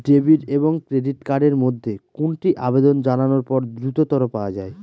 Debit এবং credit card এর মধ্যে কোনটি আবেদন জানানোর পর দ্রুততর পাওয়া য়ায়?